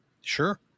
Sure